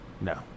No